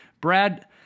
Brad